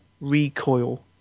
Recoil